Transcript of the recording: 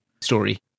story